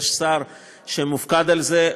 יש שר שמופקד על זה,